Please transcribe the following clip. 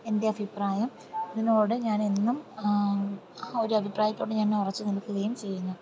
എൻറെ അഭിപ്രായം ഇതിനോട് ഞാനെന്നും ഒരു അഭിപ്രായത്തോട് ഞാൻ ഉറച്ച് നിൽക്കുകയും ചെയ്യുന്നു